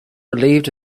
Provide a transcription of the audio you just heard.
relieved